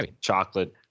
chocolate